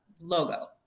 logo